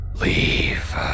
Leave